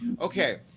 okay